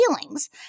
feelings